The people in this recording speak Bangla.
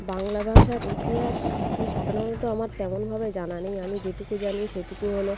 বাংলা ভাষার ইতিহাস কী সাধারণত আমার তেমনভাবে জানা নেই আমি যেটুকু জানি সেটুকু হল